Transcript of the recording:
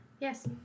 Yes